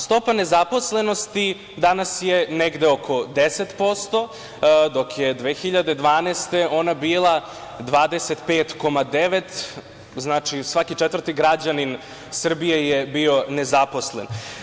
Stopa nezaposlenosti danas je negde oko 10%, dok je 2012. godine ona bila 25,9%, znači, svaki četvrti građanin Srbije je bio nezaposlen.